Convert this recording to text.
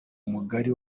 mugari